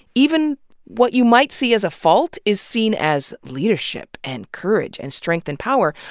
even what you might see as a fault, is seen as leadership and courage and strength and power.